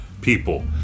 people